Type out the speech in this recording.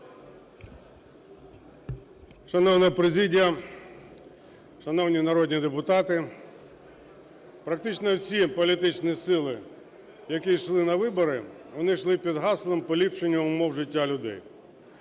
Шановна президія, шановні народні депутати! Практично всі політичні сили, які йшли на вибори, вони йшли під гаслом поліпшення умов життя людей.